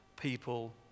people